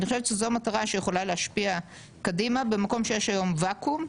אני חושבת שזו מטרה שיכוליה להשפיע קדימה במקום שיש היום ואקום,